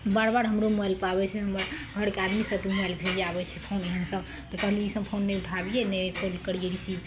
बार बार हमरे मोबाइलपर आबय छै हमरा घरके आदमी सबके मोबाइलपर भी आबय छै फोन एहन सब तऽ कहलियै ईसब फोन नहि उठाबियै ने कॉल करियै रिसीव